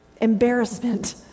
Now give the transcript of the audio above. embarrassment